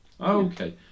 Okay